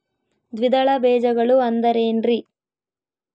ದ್ವಿದಳ ಬೇಜಗಳು ಅಂದರೇನ್ರಿ?